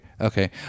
Okay